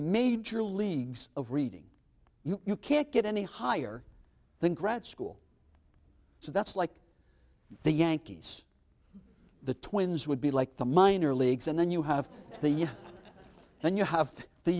major leagues of reading you you can't get any higher than grad school so that's like the yankees the twins would be like the minor leagues and then you have the you then you have the